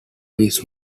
his